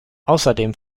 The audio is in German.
außerdem